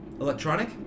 electronic